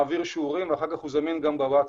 מעביר שיעורים ואחר כך זמין גם בווטסאפ.